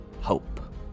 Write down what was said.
Hope